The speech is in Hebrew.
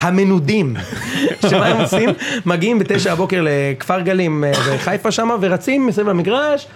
המנודים, שמה הם עושים, מגיעים בתשע בבוקר לכפר גלים, לחיפה שמה ורצים מסביב המגרש.